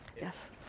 Yes